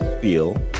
feel